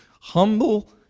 Humble